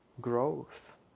growth